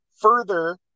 further